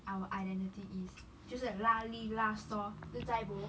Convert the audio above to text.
our identity is 就是 lah li lah soh chi zai bo